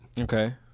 Okay